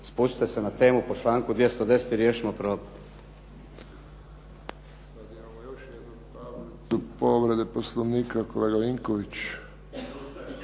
spustite se na temu po članku 210. i riješimo problem.